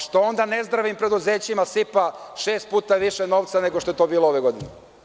Što onda nezdravim preduzećima sipa šest puta više novca nego što je to bilo ove godine?